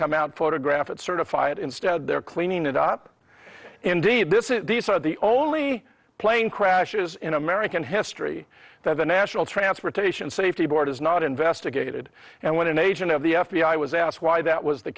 come out photograph it certify it instead they're cleaning it up indeed this is these are the only plane crashes in american history that the national transportation safety board is not investigated and when an agent of the f b i was asked why that was the